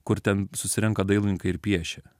kur ten susirenka dailininkai ir piešia